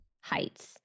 heights